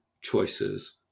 choices